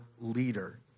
leader